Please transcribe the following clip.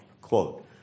Quote